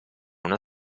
una